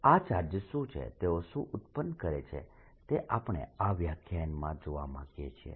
આ ચાર્જ શું છે તેઓ શું ઉત્પન્ન કરે છે તે આપણે આ વ્યાખ્યાનમાં જોવા માંગીએ છીએ